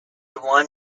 one